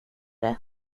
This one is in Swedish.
det